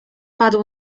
padł